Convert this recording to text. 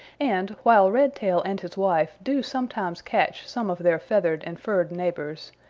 and while redtail and his wife do sometimes catch some of their feathered and furred neighbors,